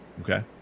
Okay